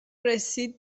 رسید